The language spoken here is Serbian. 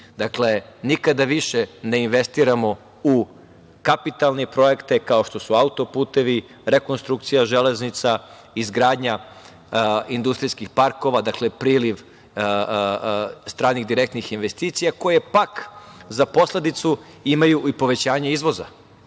Dakle, nikada više ne investiramo u kapitalne projekte kao što su auto-putevi, rekonstrukcija železnica, izgradnja industrijskih parkova. Dakle, priliv stranih direktnih investicija koje, pak, za posledicu imaju i povećanje izvoza. Dakle,